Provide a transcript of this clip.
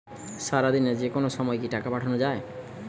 সারাদিনে যেকোনো সময় কি টাকা পাঠানো য়ায়?